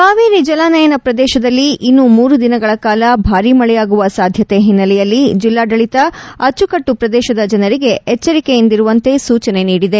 ಕಾವೇರಿ ಜಲಾನಯನ ಪ್ರದೇಶದಲ್ಲಿ ಇನ್ನೂ ಮೂರು ದಿನಗಳ ಕಾಲ ಬಾರೀ ಮಳೆಯಾಗುವ ಸಾಧ್ಯತೆ ಹಿನ್ನಲೆಯಲ್ಲಿ ಜಲ್ಲಾಡಳಿತ ಅಚ್ಚುಕಟ್ಸು ಪ್ರದೇಶದ ಜನರಿಗೆ ಎಚರಿಕೆಯಿಂದಿರುವಂತೆ ಸೂಚನೆ ನೀಡಿದೆ